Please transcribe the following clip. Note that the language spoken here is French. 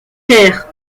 terres